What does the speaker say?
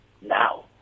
now